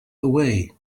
away